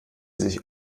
sich